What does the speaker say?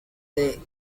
day